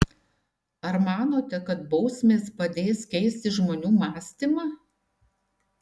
ar manote kad bausmės padės keisti žmonių mąstymą